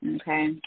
Okay